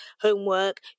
homework